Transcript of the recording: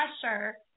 pressure